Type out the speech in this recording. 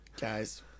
Guys